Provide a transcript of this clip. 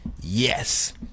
Yes